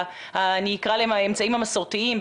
האמצעים המסורתיים,